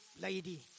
lady